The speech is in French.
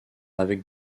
avec